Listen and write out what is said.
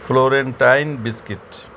florentine biscuit